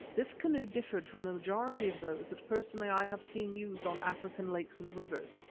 this canoe differed from the majority of those that personally i have seen used on african lakes and rivers,